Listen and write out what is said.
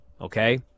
okay